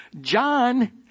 John